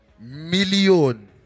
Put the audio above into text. million